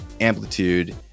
amplitude